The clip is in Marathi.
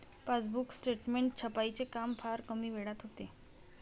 पासबुक स्टेटमेंट छपाईचे काम फार कमी वेळात होते